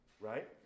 right